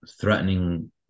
threatening